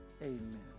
Amen